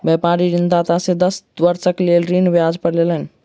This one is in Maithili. व्यापारी ऋणदाता से दस वर्षक लेल ऋण ब्याज पर लेलैन